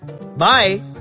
bye